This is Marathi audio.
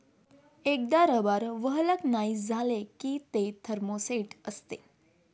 एकदा रबर व्हल्कनाइझ झाले की ते थर्मोसेट असते